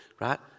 Right